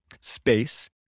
space